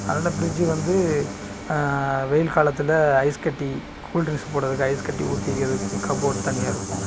அதனால் ஃப்ரிட்ஜ்ஜி வந்து வெயில் காலத்தில் ஐஸ் கட்டி கூல் ட்ரிங்ஸ் போடுறதுக்கு ஐஸ் கட்டி ஊற்றி வைக்கிறதுக்கு கப் போர்ட் தனியாக இருக்கும்